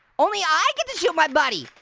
only i get to shoot my buddy.